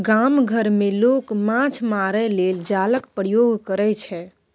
गाम घर मे लोक माछ मारय लेल जालक प्रयोग करय छै